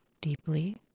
deeply